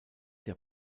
der